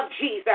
Jesus